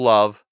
Love